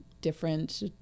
different